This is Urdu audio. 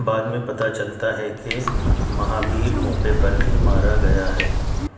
بعد میں پتہ چلتا ہے کہ مہابیر موقعے پر ہی مارا گیا ہے